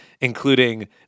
including